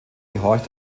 gehorcht